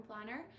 planner